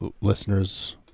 listeners